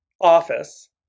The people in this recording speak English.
Office